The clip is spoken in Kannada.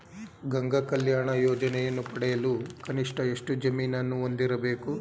ಗಂಗಾ ಕಲ್ಯಾಣ ಯೋಜನೆಯನ್ನು ಪಡೆಯಲು ಕನಿಷ್ಠ ಎಷ್ಟು ಜಮೀನನ್ನು ಹೊಂದಿರಬೇಕು?